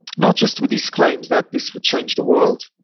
not just with these claims that this would change the world.